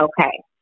okay